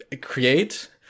create